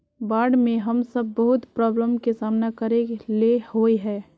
बाढ में हम सब बहुत प्रॉब्लम के सामना करे ले होय है?